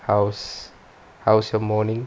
how's how's your morning